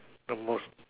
the most